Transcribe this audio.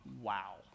Wow